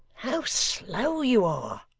how slow you are